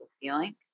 feeling